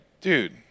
dude